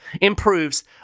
improves